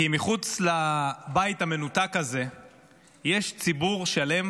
כי מחוץ לבית המנותק הזה יש ציבור שלם,